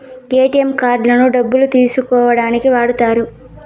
ATM కార్డులను డబ్బులు తీసుకోనీకి వాడుతారు